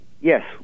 Yes